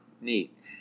neat